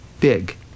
Big